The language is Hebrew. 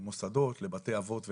למוסדות, לבתי אבות וכאלה.